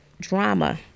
drama